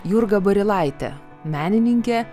jurga barilaitė menininkė